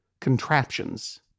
contraptions